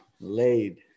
laid